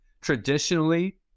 Traditionally